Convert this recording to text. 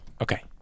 okay